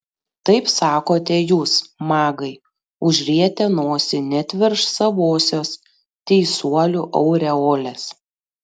taip sakote jūs magai užrietę nosį net virš savosios teisuolių aureolės